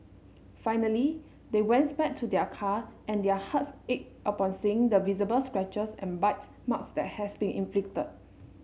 finally they went back to their car and their hearts ached upon seeing the visible scratches and bite marks that had been inflicted